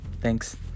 Thanks